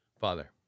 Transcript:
Father